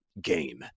game